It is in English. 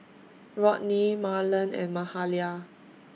Rodney Marland and Mahalia